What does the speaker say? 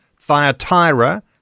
Thyatira